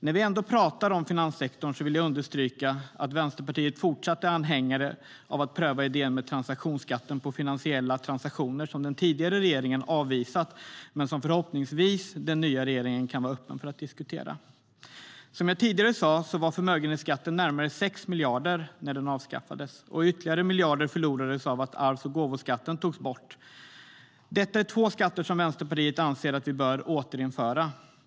När vi ändå pratar om finanssektorn vill jag understryka att Vänsterpartiet fortfarande är anhängare av att pröva idén med transaktionsskatten på finansiella transaktioner, som den tidigare regeringen avvisat men som förhoppningsvis den nya regeringen kan vara öppen för att diskutera. Som jag sa tidigare var förmögenhetsskatten närmare 6 miljarder när den avskaffades, och ytterligare miljarder förlorades då arvs och gåvoskatten togs bort. Detta är två skatter som Vänsterpartiet anser att vi bör återinföra.